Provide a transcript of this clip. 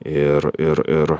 ir ir ir